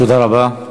תודה רבה.